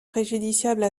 préjudiciable